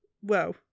whoa